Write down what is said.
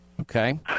okay